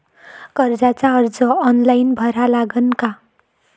कर्जाचा अर्ज ऑनलाईन भरा लागन का?